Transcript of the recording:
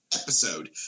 episode